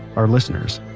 our listeners,